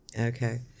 Okay